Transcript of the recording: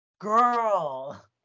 Girl